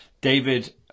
David